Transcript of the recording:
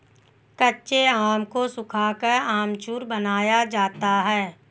कच्चे आम को सुखाकर अमचूर बनाया जाता है